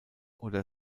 oder